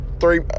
three